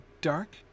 dark